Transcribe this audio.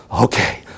Okay